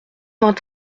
vingt